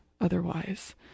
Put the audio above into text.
otherwise